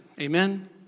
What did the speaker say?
Amen